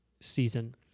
season